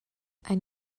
ein